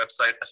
website